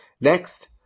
next